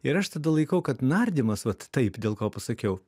ir aš tada laikau kad nardymas vat taip dėl ko pasakiau